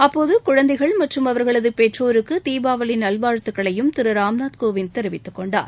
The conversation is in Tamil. அப்போது குழந்தைகள் மற்றும் அவர்களது பெற்றோர்களுக்கு தீபாவளி நல்வாழ்த்துக்களையும் திரு ராம்நாத் கோவிந்த் தெரிவித்து கொண்டார்